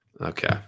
okay